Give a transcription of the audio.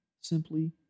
simply